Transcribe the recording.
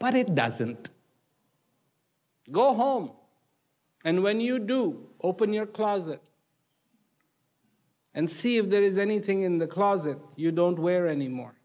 but it doesn't go home and when you do open your closet and see if there is anything in the closet you don't wear anymore